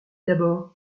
d’abord